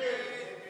ההסתייגות (29)